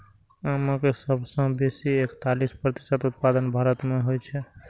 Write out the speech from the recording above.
आमक सबसं बेसी एकतालीस प्रतिशत उत्पादन भारत मे होइ छै